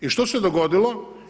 I što se dogodilo?